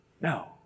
no